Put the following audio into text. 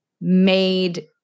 made